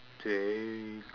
take